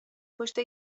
پشت